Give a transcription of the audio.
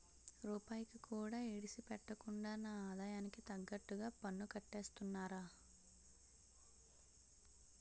రూపాయికి కూడా ఇడిసిపెట్టకుండా నా ఆదాయానికి తగ్గట్టుగా పన్నుకట్టేస్తున్నారా